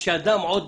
כשהדם עוד,